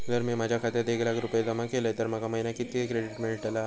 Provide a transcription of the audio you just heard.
जर मी माझ्या खात्यात एक लाख रुपये जमा केलय तर माका महिन्याक कितक्या क्रेडिट मेलतला?